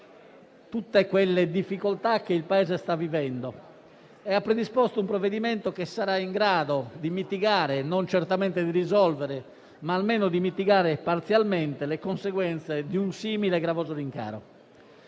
tutte le difficoltà che il Paese sta vivendo e ha predisposto un provvedimento che sarà in grado non certamente di risolvere, ma almeno di mitigare parzialmente le conseguenze di un simile, gravoso rincaro.